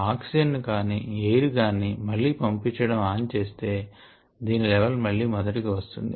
oxygen ను గాని air గాని మళ్ళీ పంపించటం ఆన్ చేస్తే దీని లెవల్ మళ్ళి మొదటికి వస్తుంది